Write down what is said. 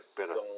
better